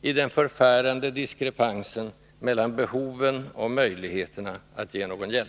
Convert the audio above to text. i den förfärande diskrepansen mellan behoven och möjligheterna att ge någon hjälp.